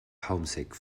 homesick